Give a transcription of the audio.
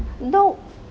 no